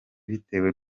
bitewe